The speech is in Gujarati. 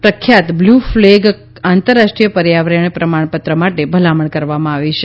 પ્રખ્યાત બ્લુ ફલેગ આંતરરાષ્ટ્રીય પર્યાવરણીય પ્રમાણપત્ર માટે ભલામણ કરવામાં આવી છે